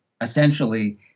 essentially